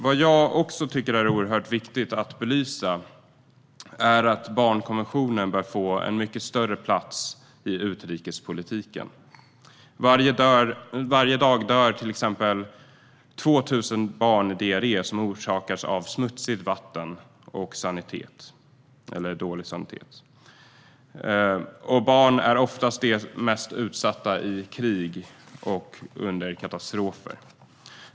Vad jag också tycker är oerhört viktigt att belysa är att barnkonventionen bör få en mycket större plats i utrikespolitiken. Varje dag dör till exempel 2 000 barn i diarré som har orsakats av smutsigt vatten och dåliga sanitära förhållanden. Barn är de mest utsatta i krig och under katastrofer.